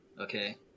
okay